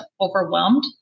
overwhelmed